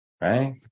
Right